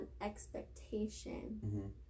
expectation